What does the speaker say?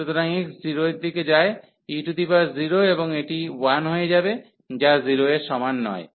সুতরাং যখন x 0 এর দিকে যায় e0 এবং এটি 1 হয়ে যাবে যা 0 এর সমান নয়